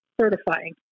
certifying